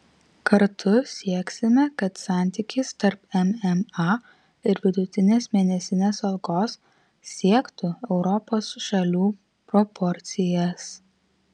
kartu sieksime kad santykis tarp mma ir vidutinės mėnesinės algos siektų europos šalių proporcijas